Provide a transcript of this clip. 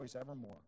evermore